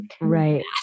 Right